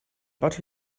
bod